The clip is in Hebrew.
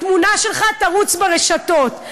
התמונה שלך תרוץ ברשתות.